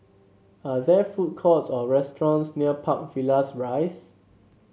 are there food courts or restaurants near Park Villas Rise